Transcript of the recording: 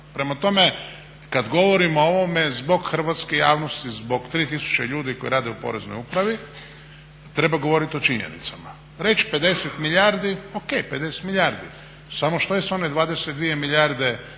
Prema tome, kada govorimo o ovome zbog hrvatske javnosti, zbog 3 tisuće ljudi koji rade u Poreznoj upravi treba govoriti o činjenicama. Reći 50 milijardi, o.k. 50 milijardi. Samo što je s one 22 milijarde